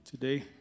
today